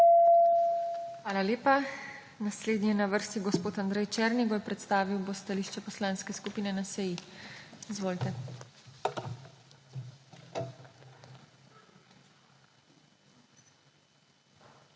Hvala lepa. Naslednji je na vrsti gospod Andrej Černigoj, predstavil bo stališče Poslanske skupine NSi. Izvolite.